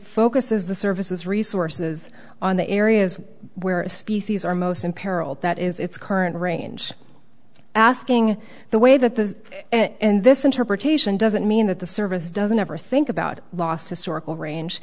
focuses the services resources on the areas where species are most imperiled that is its current range asking the way that the and this interpretation doesn't mean that the service doesn't ever think about lost historical range